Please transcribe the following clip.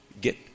get